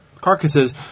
carcasses